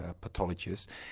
pathologists